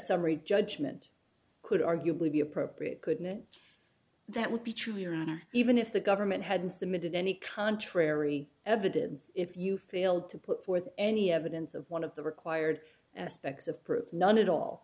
summary judgment could arguably be appropriate couldn't it that would be true your honor even if the government hadn't submitted any contrary evidence if you failed to put forth any evidence of one of the required aspects of proof none at all